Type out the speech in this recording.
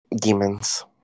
demons